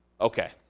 okay